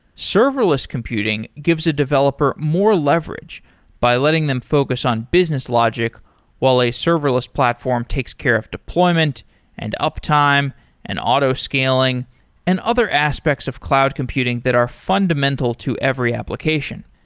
serverless computing gives a developer more leverage by letting them focus on business logic while a serverless platform takes care of deployment and uptime and auto scaling and other aspects of cloud computing that are fundamental to every application.